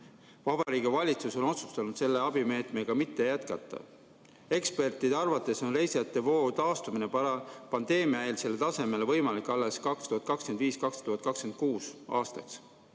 Vabariigi Valitsus on otsustanud selle abimeetmega mitte jätkata? Ekspertide arvates on reisijatevoo taastumine pandeemiaeelsele tasemele võimalik alles 2025.–2026. aastaks.